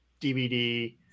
DVD